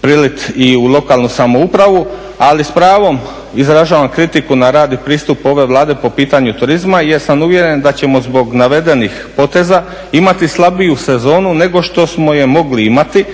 priliti i u lokalnu samoupravu. Ali, s pravom izražavam kritiku na rad i pristup ove Vlade po pitanju turizma jer sam uvjeren da ćemo zbog navedenih poteza imati slabiju sezonu nego što smo je mogli imati,